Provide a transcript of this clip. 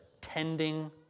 tending